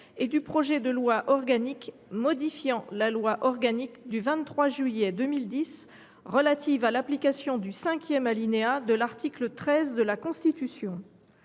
et du projet de loi organique modifiant la loi organique n° 2010 837 du 23 juillet 2010 relative à l’application du cinquième alinéa de l’article 13 de la Constitution